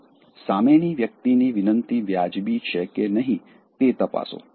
પ્રથમ સામેની વ્યક્તિની વિનંતી વ્યાજબી છે કે નહીં તે તપાસો